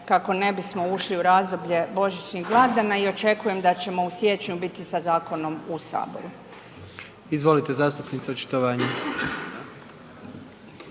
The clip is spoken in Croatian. kako ne bismo ušli u razdoblje božićnih blagdana i očekujem da ćemo u siječnju biti sa zakonom u Saboru. **Jandroković,